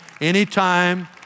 anytime